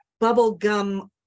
bubblegum